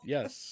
Yes